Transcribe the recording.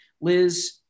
Liz